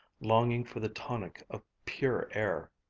longing for the tonic of pure air.